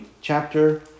chapter